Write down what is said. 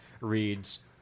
reads